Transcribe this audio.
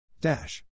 Dash